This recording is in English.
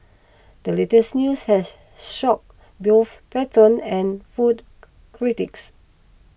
the latest news has shocked both patrons and food critics